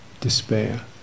despair